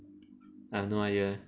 I've no idea leh